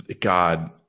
God